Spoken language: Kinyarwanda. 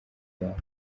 ibamba